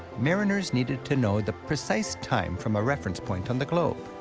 mariners needed to know the precise time from a reference point on the globe.